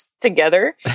together